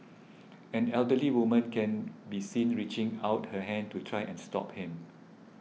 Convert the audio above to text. an elderly woman can be seen reaching out her hand to try and stop him